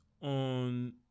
on